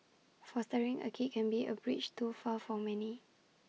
fostering A kid can be A bridge too far for many